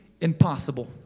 impossible